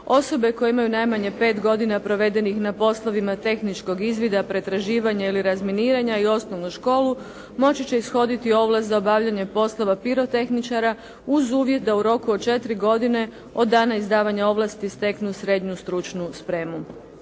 Osobe koje imaju najmanje 5 godina provedenih na poslovima tehničkog izvida, pretraživanja ili razminiranja i osnovnu školu, moći će ishoditi ovlast za obavljanje poslova pirotehničara uz uvjet da u roku od 4 godine, od dana izdavanja ovlasti steknu srednju stručnu spremu.